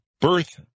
Birth